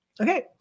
okay